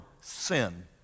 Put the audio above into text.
sin